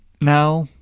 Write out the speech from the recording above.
now